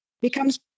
becomes